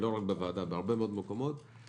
ולא רק בוועדה אלא בעוד הרבה מאוד מקומות זה